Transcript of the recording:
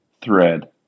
Thread